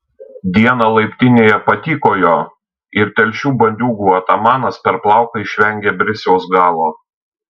dieną laiptinėje patykojo ir telšių bandiūgų atamanas per plauką išvengė brisiaus galo